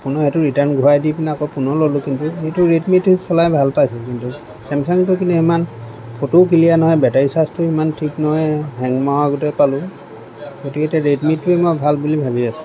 পুণৰ সেইটো ৰিটাৰ্ণ ঘূৰাই দি পিনে আকৌ পুনৰ ল'লোঁ কিন্তু সেইটো ৰেডমিটো চলাই ভাল পাইছোঁ যোনটো চেমচাংটো কিনি ইমান ফটোও ক্লীয়াৰ নহয় বেটাৰী চাৰ্জটো ইমান ঠিক নহয় হেং মৰাদৰে পালোঁ গতিকে এতিয়া ৰেডমিটোয়ে মই ভাল বুলি ভাবি আছোঁ